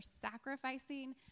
sacrificing